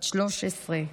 בת 13,